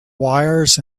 wires